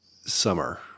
summer